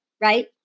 right